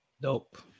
Dope